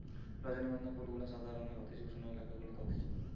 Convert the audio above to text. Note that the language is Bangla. রজনীগন্ধা ফুল গুলা সাদা রঙের হতিছে উষ্ণ এলাকা গুলাতে হতিছে